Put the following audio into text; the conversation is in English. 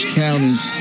counties